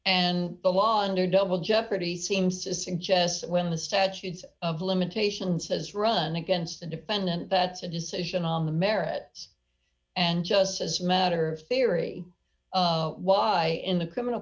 and the law under double jeopardy seems to suggest that when the statute of limitations says run against a defendant that's a decision on the merits and just as matter of theory why in the criminal